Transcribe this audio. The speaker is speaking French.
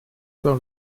par